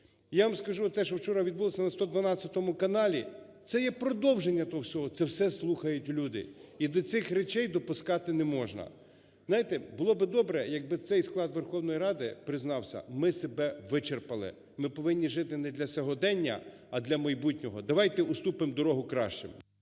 Я вам скажу, те, що вчора відбулося на 112 каналі, це є продовження того всього, це все слухають люди і до цих речей допускати не можна. Знаєте, було би добре, якби цей склад Верховної Ради признався: ми себе вичерпали, ми повинні жити не для сьогодення, а для майбутнього, давайте уступимо дорогу кращим.